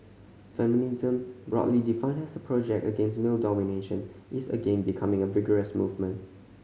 feminism broadly defined as a project against male domination is again becoming a vigorous movement